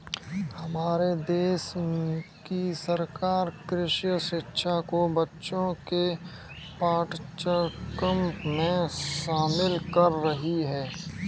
हमारे देश की सरकार कृषि शिक्षा को बच्चों के पाठ्यक्रम में शामिल कर रही है